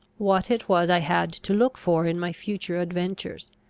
what it was i had to look for in my future adventures.